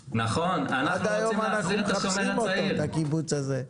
עד היום אנחנו מחפשים אותו, את הקיבוץ הזה.